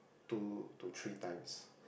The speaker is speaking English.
two to three times